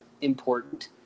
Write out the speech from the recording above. important